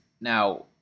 Now